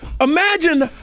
imagine